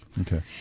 Okay